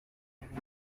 obama